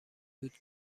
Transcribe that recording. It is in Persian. بود